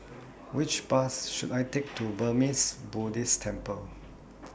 Which Bus should I Take to Burmese Buddhist Temple